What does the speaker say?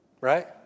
right